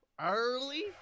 Early